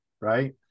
right